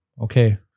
Okay